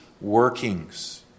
workings